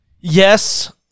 Yes